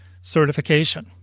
certification